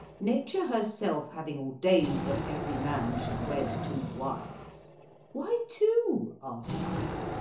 nature herself having ordained that every man should wed two wives why two? asked i.